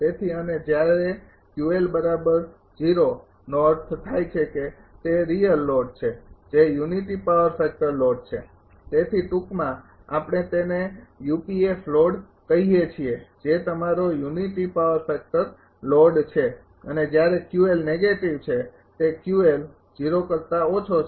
તેથી અને જ્યારે નો અર્થ થાય છે કે તે રિયલ લોડ છે જે યુનિટી પાવર ફેક્ટર લોડ છે તેથી ટૂંકમાં આપણે તેને UPF લોડ કહીએ છીએ જે તમારો યુનિટી પાવર ફેક્ટર લોડ છે અને જ્યારે નેગેટીવ છે તે છે